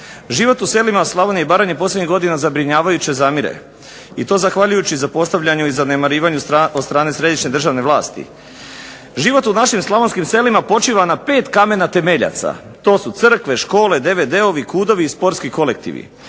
Život u selima Slavonije i Baranje posljednjih godina zabrinjavajuće zamire i to zahvaljujući zapostavljanju i zanemarivanju od strane središnje državne vlasti. Život u našim slavonskim selima počiva na pet kamena temeljaca. To su crkve, škole, DVD-ovi, KUD-ovi i sportski kolektivi.